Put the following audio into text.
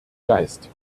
geist